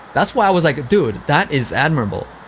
that's why i was like, dude, that is admirable,